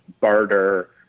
barter